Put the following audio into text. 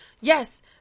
Yes